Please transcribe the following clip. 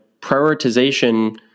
prioritization